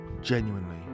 genuinely